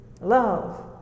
love